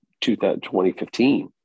2015